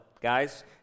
Guys